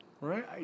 Right